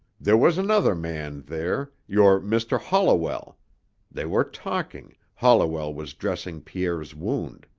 there was another man there, your mr. holliwell they were talking, holliwell was dressing pierre's wound.